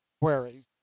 queries